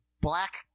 black